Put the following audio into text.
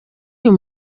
uyu